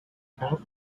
account